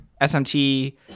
SMT